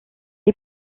est